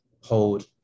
hold